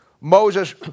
Moses